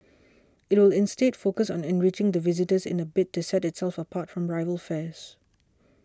it will instead focus on enriching the visitor's in a bid to set itself apart from rival fairs